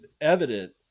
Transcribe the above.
evident